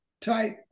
type